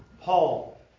Paul